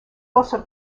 also